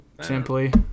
Simply